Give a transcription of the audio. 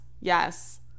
Yes